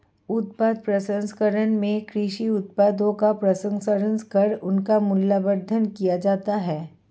उत्पाद प्रसंस्करण में कृषि उत्पादों का प्रसंस्करण कर उनका मूल्यवर्धन किया जाता है